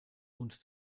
und